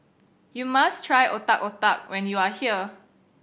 you must try Otak Otak when you are here